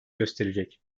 gösterecek